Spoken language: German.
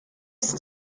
ist